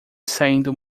saindo